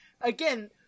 Again